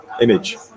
image